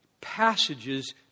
passages